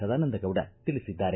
ಸದಾನಂದಗೌಡ ತಿಳಿಸಿದ್ದಾರೆ